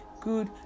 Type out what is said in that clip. good